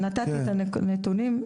נתתי את הנתונים.